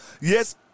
Yes